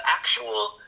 actual